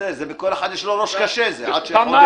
בסדר, כל אחד יש לו ראש קשה, עד שעוזר.